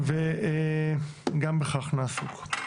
גם בכך נעסוק.